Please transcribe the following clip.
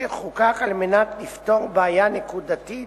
אשר חוקק על מנת לפתור בעיה נקודתית